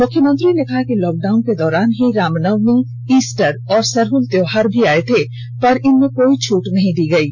मुख्यमंत्री ने कहा कि लॉकडाउन के दौरान ही रामनवमी ईस्टर और सरहल त्योहार भी आए थे पर कोई छूट नहीं दी गई थी